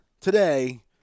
today